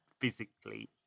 physically